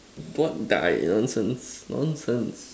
what died nonsense nonsense